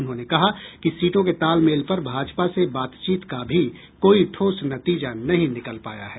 उन्होंने कहा कि सीटों के तालमेल पर भाजपा से बातचीत का भी कोई ठोस नतीजा नहीं निकल पाया है